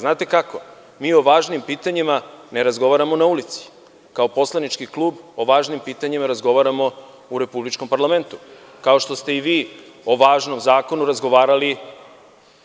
Znate kako, mi o važnim pitanjima ne razgovaramo na ulici, kao poslanički klub o važnim pitanjima razgovaramo u republičkom parlamentu, kao što ste i vi o važnom zakonu razgovarali,